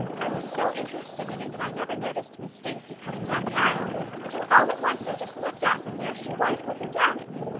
i was so interested in it that i never noticed miss stacy coming down the aisle until all at once i just looked up and there she was looking down at me,